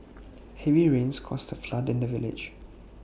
heavy rains caused A flood in the village